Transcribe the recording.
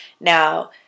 Now